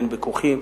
הן בכוכים,